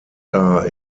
are